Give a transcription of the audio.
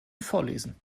vorlesen